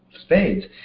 Spades